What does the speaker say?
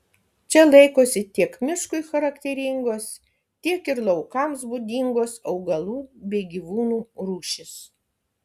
čia laikosi tiek miškui charakteringos tiek ir laukams būdingos augalų bei gyvūnų rūšys